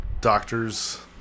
doctors